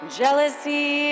jealousy